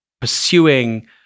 pursuing